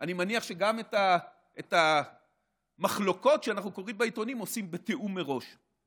אני מניח שגם את המחלוקות שאנחנו קוראים בעיתונים עושים בתיאום מראש.